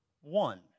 one